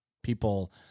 people